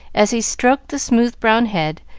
as he stroked the smooth brown head,